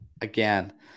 again